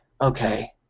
okay